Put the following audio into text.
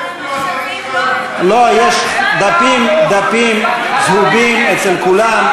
לא, יש דפים כתובים אצל כולם.